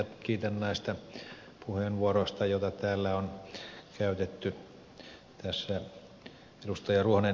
kiitän näistä puheenvuoroista joita täällä on käytetty